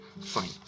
fine